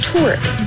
Torque